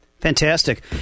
Fantastic